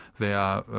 they are,